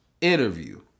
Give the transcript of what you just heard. interview